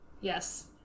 Yes